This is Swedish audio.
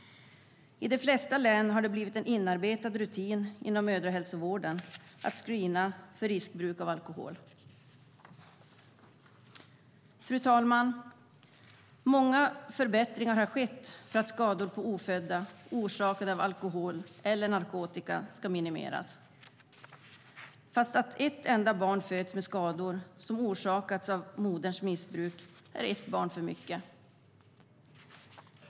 I de flesta län har det blivit en inarbetad rutin inom mödrahälsovården att screena för riskbruk av alkohol. Fru talman! Många förbättringar har skett för att skador på ofödda orsakade av alkohol eller narkotika ska minimeras. Fast om ett enda barn föds med skador som orsakats av moderns missbruk är det ett barn för mycket.